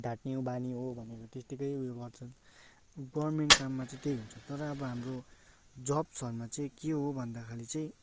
ढाँट्ने बानी हो भनेर त्यतिकै उयो गर्छ गर्मेन्ट काममा चाहिँ त्यही हुन्छ तर अब हाम्रो जब्सहरूमा चाहिँ के हो भन्दाखेरि चाहिँ